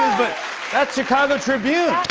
but that's chicago tribune.